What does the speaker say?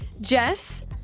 Jess